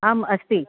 आम् अस्ति